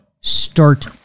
start